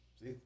see